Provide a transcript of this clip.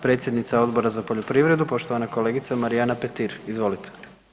Predsjednica Odbora za poljoprivredu, poštovana kolegica Marijana Petir, izvolite.